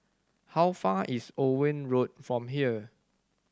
how far away is Owen Road from here